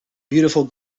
beautiful